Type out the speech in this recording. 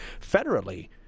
federally